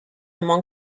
among